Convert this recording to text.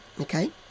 okay